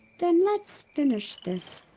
then let's finish this.